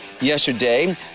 yesterday